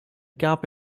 gab